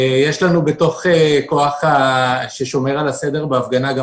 יש לנו בתוך הכוח ששומר על הסדר בהפגנה גם